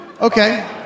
Okay